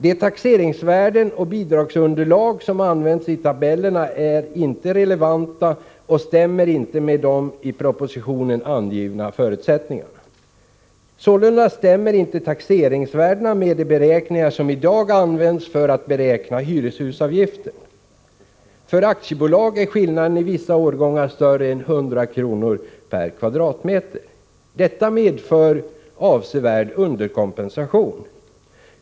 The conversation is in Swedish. De taxeringsvärden och bidragsunderlag som använts i tabellerna är inte relevanta och stämmer inte med de i propositionen angivna förutsättningarna. Sålunda stämmer inte taxeringsvärdena med de beräkningar som i dag används för att beräkna hyreshusavgiften. För aktiebolag är skillnaden i vissa årgångar större än 100 kr./m?. Detta medför avsevärd underkompensation.